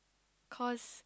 cause